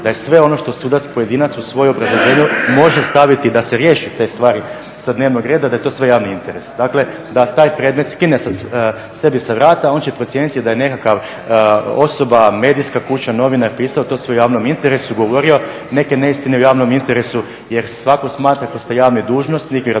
da je sve ono što sudac pojedinac u svoje obrazloženje može staviti da se riješe te stvari sa dnevnog reda, da je to sve javni interes. Dakle, da taj predmet skine sebi sa vrata on će procijeniti da je nekakva osoba, medijska kuća, novinar pisao to sve u javnom interesu, govorio neke neistine u javnom interesu jer svatko smatra kroz te javne dužnosnike,